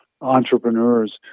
entrepreneurs